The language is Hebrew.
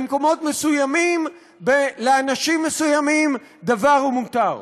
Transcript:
במקומות מסוימים ולאנשים מסוימים הדבר הוא מותר,